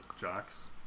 jocks